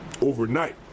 overnight